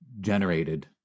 generated